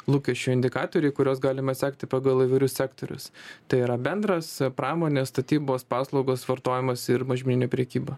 lūkesčių indikatoriai kuriuos galima sekti pagal įvairius sektorius tai yra bendras pramonės statybos paslaugos vartojimas ir mažmeninė prekyba